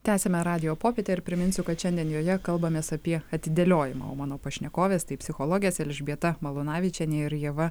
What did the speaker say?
tęsiame radijo popietę ir priminsiu kad šiandien joje kalbamės apie atidėliojimą o mano pašnekovės tai psichologės elžbieta malūnavičienė ir ieva